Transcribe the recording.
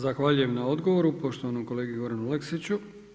Zahvaljujem na odgovoru poštovanom kolegi Goranu Aleksiću.